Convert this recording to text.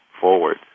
forward